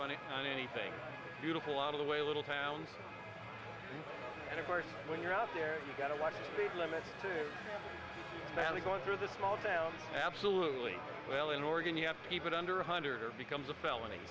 on it on anything beautiful out of the way little towns and of course when you're up there you got to watch the plymouth family going through the small town absolutely well in oregon you have to keep it under one hundred or becomes a felony